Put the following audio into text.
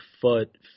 foot